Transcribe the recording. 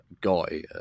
guy